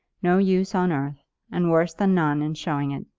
no use on earth and worse than none in showing it.